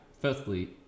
Firstly